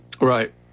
Right